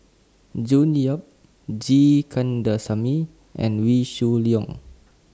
June Yap G Kandasamy and Wee Shoo Leong